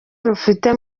rufite